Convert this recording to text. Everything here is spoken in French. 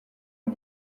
est